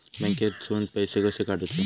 बँकेतून पैसे कसे काढूचे?